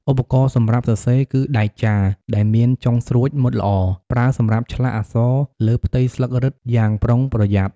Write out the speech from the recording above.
ឧបករណ៍សម្រាប់សរសេរ គឺដែកចារ ដែលមានចុងស្រួចមុតល្អ ប្រើសម្រាប់ឆ្លាក់អក្សរលើផ្ទៃស្លឹករឹតយ៉ាងប្រុងប្រយ័ត្ន។